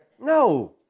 No